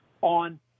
on